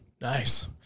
Nice